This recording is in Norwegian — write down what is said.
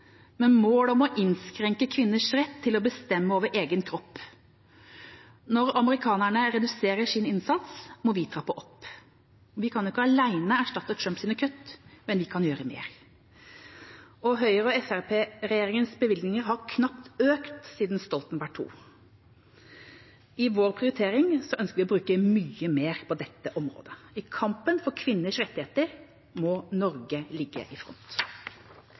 om å innskrenke kvinners rett til å bestemme over egen kropp. Når amerikanerne reduserer sin innsats, må vi trappe opp. Vi kan ikke alene erstatte kuttene til Trump, men vi kan gjøre mer. Høyre–Fremskrittsparti-regjeringas bevilgninger har knapt økt siden Stoltenberg II. I vår prioritering ønsker vi å bruke mye mer på dette området. I kampen for kvinners rettigheter må Norge ligge i front.